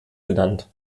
genannt